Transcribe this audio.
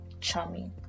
charming